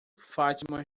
fátima